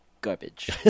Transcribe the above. garbage